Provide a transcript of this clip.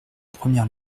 première